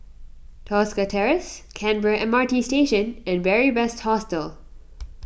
Tosca Terrace Canberra M R T Station and Beary Best Hostel